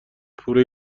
پوره